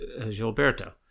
Gilberto